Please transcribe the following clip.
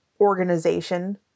organization